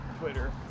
Twitter